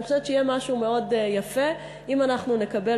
אני חושבת שיהיה מאוד יפה אם אנחנו נקבל